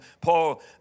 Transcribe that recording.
Paul